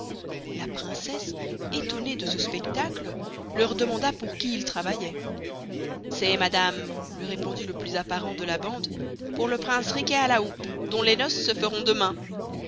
la princesse estonnée de ce spectacle leur demanda pour qui ils travailloient c'est madame luy répondit le plus apparent de la bande pour le prince riquet à la houppe dont les nopces se feront demain